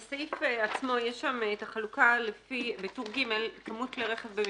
בסעיף עצמו בטור ג' יש החלוקה לפי כמות כלי רכב במפעל.